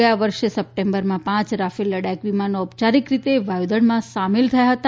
ગયા વર્ષે સપ્ટેમ્બરમાં પાંચ રાફેલ લડાયક વિમાનો ઔપચારિક રીતે વાયુદળમાં સામેલ થયા હતા